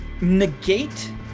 negate